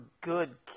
good